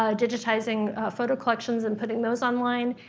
ah digitizing photo collections and putting those online.